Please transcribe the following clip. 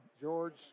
George